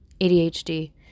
ADHD